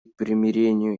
примирению